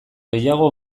gehiago